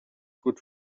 good